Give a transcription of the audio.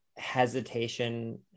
hesitation